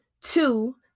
Two